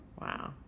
Wow